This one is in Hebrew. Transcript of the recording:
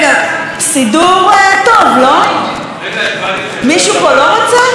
מישהו פה לא רוצה לקבל מתנה מחברה?